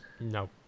No